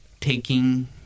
taking